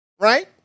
Right